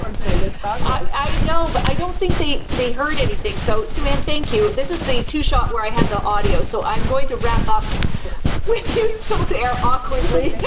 um so i know but i don't think they they heard anything. so sue-ann, thank you. this is the two-shot where i have the audio. so i'm going to wrap up with you still there, awkwardly.